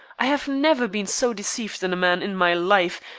i have never been so deceived in a man in my life,